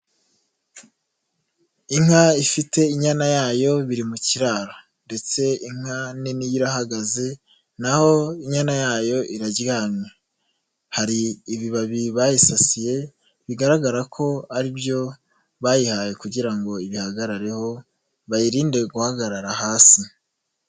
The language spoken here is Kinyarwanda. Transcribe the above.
Inka ifite inyana yayo, biri mu kiraro ndetse inka nini yo irahagaze, naho inyana yayo iraryamye, hari ibibabi bayisasiye, bigaragara ko ari byo bayihaye kugira ngo ibihagarareho, bayirinde guhagarara hasi.